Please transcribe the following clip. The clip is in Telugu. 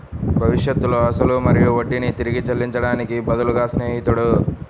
భవిష్యత్తులో అసలు మరియు వడ్డీని తిరిగి చెల్లించడానికి బదులుగా స్నేహితుడు